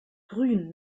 grün